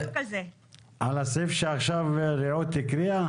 על הסעיף שעכשיו רעות הקריאה?